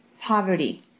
poverty